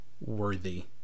worthy